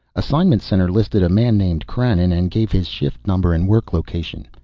assignment center listed a man named krannon, and gave his shift number and work location.